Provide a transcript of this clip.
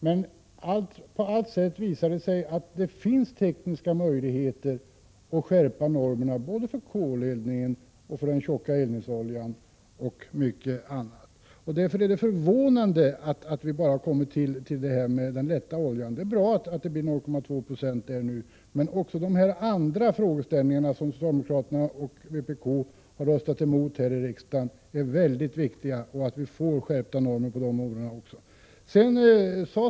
Men det visar sig på alla sätt att det finns tekniska möjligheter att skärpa normerna både för koleldning, för den tjocka eldningsoljan och mycket annat. Därför är det förvånande att vi bara har kommit till den lätta oljan. Det är bra att det blir 0,2 26, men också de andra frågeställningarna där socialdemokraterna och vpk har röstat emot i riksdagen är mycket viktiga. Det är viktigt att få skärpta normer även på dessa områden.